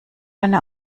eine